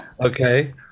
Okay